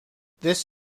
this